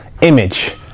image